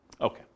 Okay